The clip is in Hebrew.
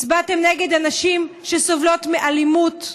הצבעתם נגד הנשים שסובלות מאלימות,